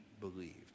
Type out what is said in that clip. believed